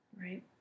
right